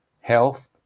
health